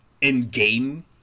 in-game